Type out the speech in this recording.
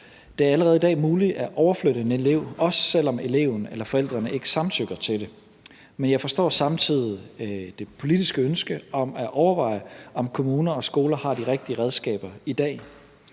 Det er allerede i dag muligt at overflytte en elev, også selv om eleven eller forældrene ikke samtykker til det. Men jeg forstår samtidig det politiske ønske om at overveje, om kommuner og skoler har de rigtige redskaber i dag.